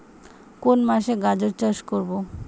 কোন মাসে গাজর চাষ করব?